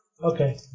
Okay